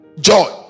Joy